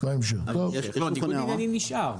ניגוד עניינים נשאר.